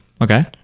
Okay